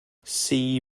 see